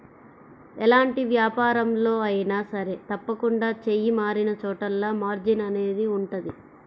ఎలాంటి వ్యాపారంలో అయినా సరే తప్పకుండా చెయ్యి మారినచోటల్లా మార్జిన్ అనేది ఉంటది